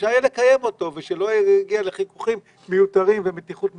שאפשר יהיה לקיים אותו ושלא יגיע לחיכוכים מיותרים ולמתיחות מיותרת.